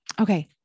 Okay